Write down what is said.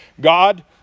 God